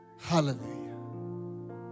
Hallelujah